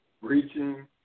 reaching